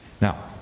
Now